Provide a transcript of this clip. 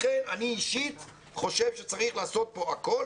לכן אני אישית חושב שצריך לעשות פה הכול,